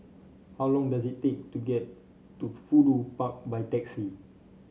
how long does it take to get to Fudu Park by taxi